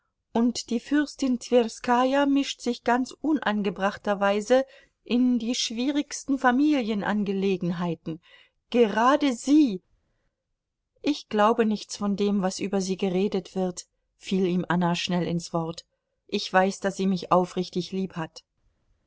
und die fürstin twerskaja mischt sich ganz unangebrachterweise in die schwierigsten familienangelegenheiten gerade sie ich glaube nichts von dem was über sie geredet wird fiel ihm anna schnell ins wort ich weiß daß sie mich aufrichtig lieb hat